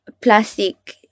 plastic